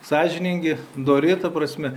sąžiningi dori ta prasme